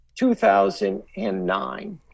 2009